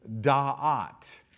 da'at